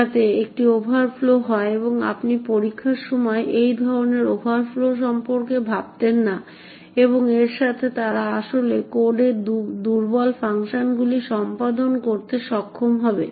যাতে একটি ওভারফ্লো হয় এবং আপনি পরীক্ষার সময় এই ধরনের ওভারফ্লো সম্পর্কে ভাবতেন না এবং এর সাথে তারা আসলে কোডে দুর্বল ফাংশনগুলি সম্পাদন করতে সক্ষম হবে